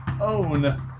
own